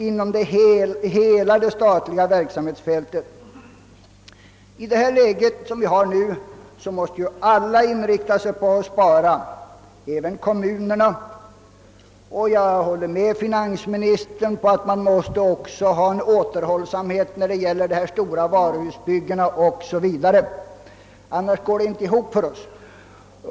I det läge där vi befinner oss måste alla — även kommunerna — inrikta sig på att spara, och jag håller med finansministern om att man måste iaktta återhållsamhet också när det gäller de stora varuhusbyggena o.s. v.; annars går det inte ihop för oss.